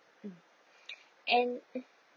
and